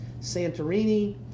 Santorini